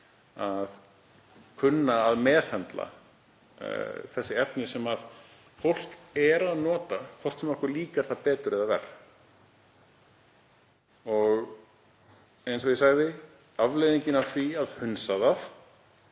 að kunna að meðhöndla þessi efni sem fólk notar, hvort sem okkur líkar það betur eða verr. Eins og ég sagði, afleiðingin af því að hunsa það,